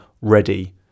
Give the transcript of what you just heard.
ready